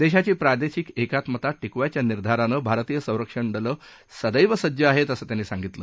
देशाची प्रादेशिक एकात्मता विकेवायच्या निर्धारानं भारतीय संरक्षण दलं सदैव सज्ज आहेत असं त्यांनी सांगितलं